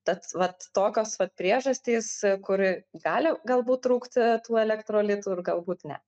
tad vat tokios vat priežastys kur gali galbūt trūkti tų elektrolitų ir galbūt ne